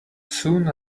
soon